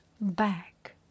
back